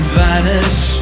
vanish